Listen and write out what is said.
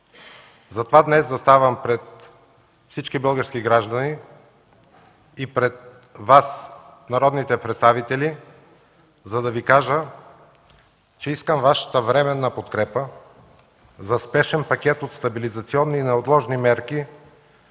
Затова днес заставам пред всички български граждани и пред Вас, народните представители, за да Ви кажа, че искам Вашата временна подкрепа за спешен пакет от стабилизационни и неотложни мерки